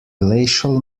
glacial